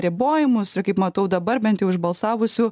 ribojimus ir kaip matau dabar bent už balsavusių